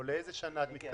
או לאיזה שנה את מתכוונת?